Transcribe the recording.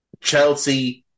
Chelsea